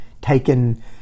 taken